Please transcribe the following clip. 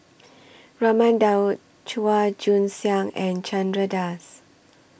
Raman Daud Chua Joon Siang and Chandra Das